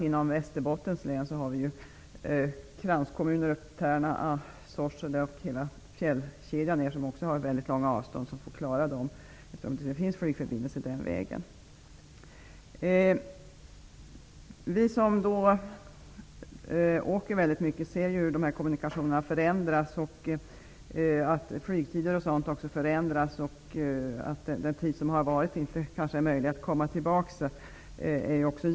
Inom Västerbottens län har vi kranskommuner som Tärna och Sorsele -- hela fjällkedjan har väldigt långa avstånd till Umeå -- där det inte finns flygplatser. Vi som åker väldigt mycket ser hur kommunikationerna förändras. Bl.a. flygtiderna förändras, och den tid som har varit kanske det inte är möjligt att komma tillbaka till.